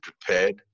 prepared